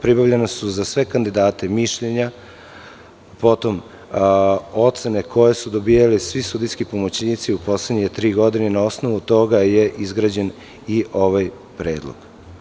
Pribavljena su za sve kandidate mišljenja, potom ocene koje su dobijali svi sudijski pomoćnici u poslednje tri godine i na osnovu toga je izgrađen i ovaj predlog.